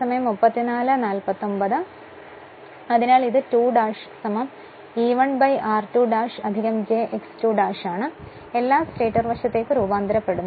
അതിനാൽ ഇത് 2 E 1 r2 j X 2 ആണ് എല്ലാം സ്റ്റേറ്റർ വശത്തേക്ക് രൂപാന്തരപ്പെടുന്നു